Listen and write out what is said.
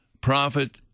prophet